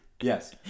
Yes